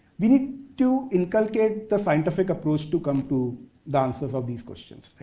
we need to inculcate the scientific approach to come to the answers of these questions.